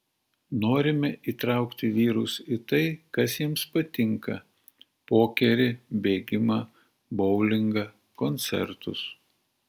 norime įtraukti vyrus į tai kas jiems patinka pokerį bėgimą boulingą koncertus